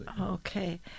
Okay